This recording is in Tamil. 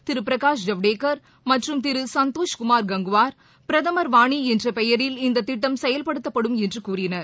திருபிரகாஷ் ஜவ்டேகர் மற்றும் திருசந்தோஷ் குமார் கங்குவார் பிரதமர் வாணிஎன்றபெயரில் இந்ததிட்டம் செயல்படுத்தப்படும் என்றகூறினர்